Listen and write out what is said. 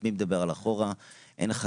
אני אומר לה: אבל אימא שלי אישה מבוגרת,